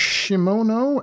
Shimono